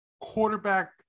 quarterback